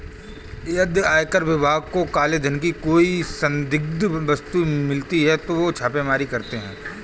यदि आयकर विभाग को काले धन की कोई संदिग्ध वस्तु मिलती है तो वे छापेमारी करते हैं